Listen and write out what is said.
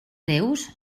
greus